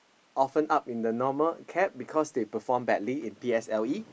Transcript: often up in the normal academic because they perform badly in P_S_L_E